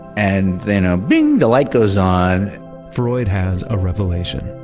and then a bing. the light goes on freud has a revelation.